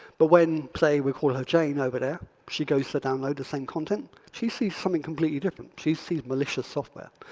but when say we call her jane over there she goes to download the same content. she sees something completely different. she sees malicious software.